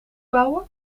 bouwen